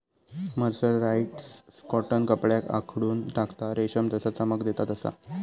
mercerised cotton कपड्याक आखडून टाकता, रेशम जसा चमक देता तसा